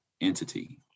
entity